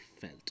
felt